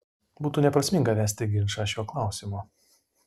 būtų neprasminga vesti ginčą šiuo klausimu